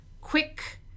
quick